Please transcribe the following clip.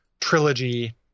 trilogy